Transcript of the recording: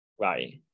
Right